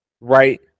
Right